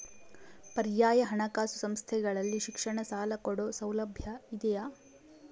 ಪರ್ಯಾಯ ಹಣಕಾಸು ಸಂಸ್ಥೆಗಳಲ್ಲಿ ಶಿಕ್ಷಣ ಸಾಲ ಕೊಡೋ ಸೌಲಭ್ಯ ಇದಿಯಾ?